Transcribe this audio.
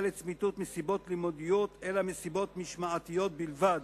לצמיתות מסיבות לימודיות אלא מסיבות משמעתיות בלבד.